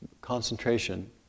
concentration